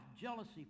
jealousy